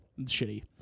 shitty